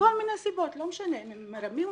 מכל מיני סיבות, לא משנה, מרמים אותם,